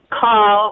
call